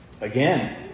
Again